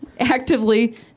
actively